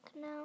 now